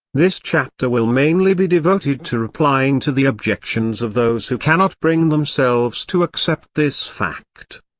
this chapter will mainly be devoted to replying to the objections of those who cannot bring themselves to accept this fact.